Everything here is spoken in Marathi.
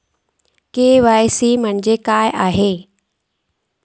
के.वाय.सी म्हणजे काय आसा?